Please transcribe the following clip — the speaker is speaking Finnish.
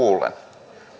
kuullen